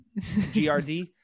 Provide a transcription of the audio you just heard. GRD